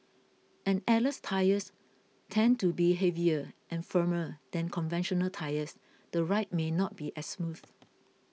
and airless tyres tend to be heavier and firmer than conventional tyres the ride may not be as smooth